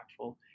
impactful